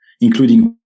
including